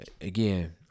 again